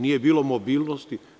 Nije bilo mobilnosti?